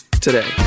today